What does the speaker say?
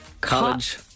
College